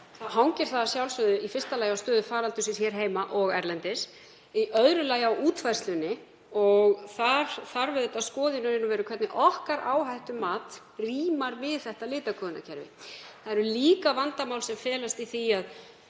það að sjálfsögðu í fyrsta lagi á stöðu faraldursins hér heima og erlendis, í öðru lagi á útfærslunni og þar þarf að skoða hvernig okkar áhættumat rímar við þetta litakóðunarkerfi. Það eru líka vandamál sem felast í því að